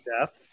death